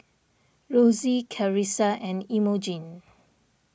Rosey Karissa and Imogene